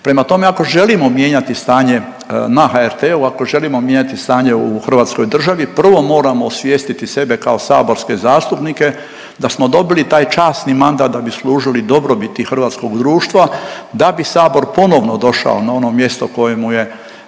Prema tome ako želimo mijenjati stanje na HRT-u, ako želimo mijenjati stanje u Hrvatskoj državi, prvo moramo osvijestiti sebe kao saborske zastupnike da smo dobili taj časni mandat da bi služili dobrobiti hrvatskog društva da bi sabor ponovno došao na ono mjesto koje mu je